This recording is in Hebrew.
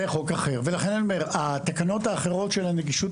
זה חוק אחר ולכן אני אומר שהתקנות האחרות של הנגישות